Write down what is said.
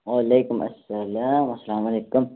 وعلیکُم السلام السلام علیکُم